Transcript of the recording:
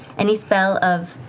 any spell of